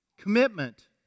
commitment